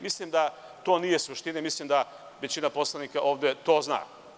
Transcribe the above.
Mislim da to nije suština i mislim da većina poslanika ovde to zna.